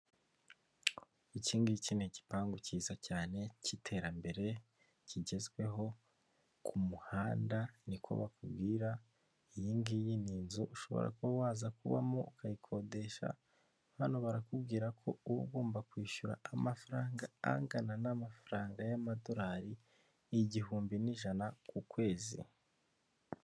Iki ngiki n'igipangu cyiza cyane cyiterambere kigezweho k'umuhanda, niko bakubwira, iyi ngiyi n'inzu ushobora kuba waza kubamo ukayikodesha hano barakubwira ko ugomba kwishyura amafaranga angana n'amafaranga y'amadorari igihumbi n'ijana ku kwezi.